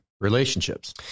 relationships